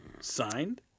Signed